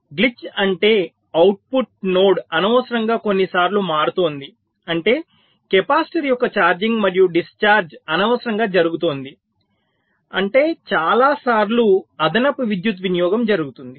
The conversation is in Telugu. గ్లిచ్ అంటే అవుట్పుట్ నోడ్ అనవసరంగా కొన్ని సార్లు మారుతోంది అంటే కెపాసిటర్ యొక్క ఛార్జింగ్ మరియు డిశ్చార్జ్ అనవసరంగా జరుగుతోంది అంటే చాలా సార్లు అదనపు విద్యుత్ వినియోగం జరుగుతుంది